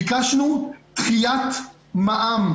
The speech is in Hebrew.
ביקשנו דחיית מע"מ.